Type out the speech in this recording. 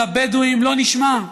של הבדואים, לא נשמע.